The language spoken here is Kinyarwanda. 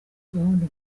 gahunda